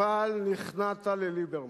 אבל נכנעת לליברמן.